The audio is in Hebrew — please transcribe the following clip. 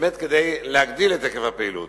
באמת כדי להגדיל את היקף הפעילות.